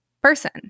person